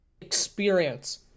experience